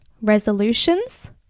resolutions